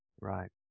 Right